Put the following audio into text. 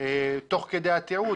תוך כדי התיעוד,